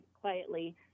quietly